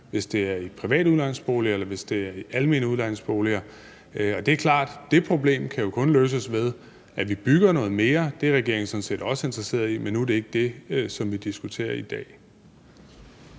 hvis det er i private udlejningsboliger, og hvis det er i almene udlejningsboliger, og det er klart, at det problem jo kun kan løses ved, at vi bygger noget mere. Det er regeringen sådan set også interesseret i, men nu er det ikke det, som vi diskuterer i dag.